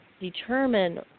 Determine